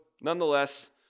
nonetheless